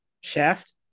Shaft